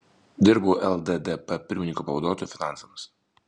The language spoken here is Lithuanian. dirbau lddp pirmininko pavaduotoju finansams